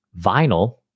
vinyl